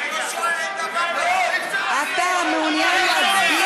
אני לא יודעת.